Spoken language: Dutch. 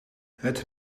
het